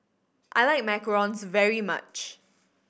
I like macarons very much